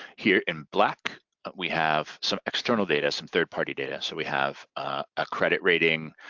here in black we have some external data, some third party data. so we have a credit rating,